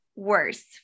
worse